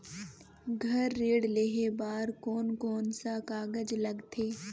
घर ऋण लेहे बार कोन कोन सा कागज लगथे?